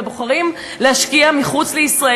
ובוחרים להשקיע מחוץ לישראל,